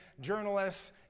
journalists